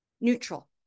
neutral